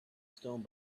stone